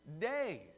days